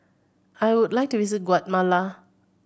I would like to visit Guatemala